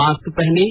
mask पहनें